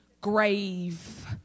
grave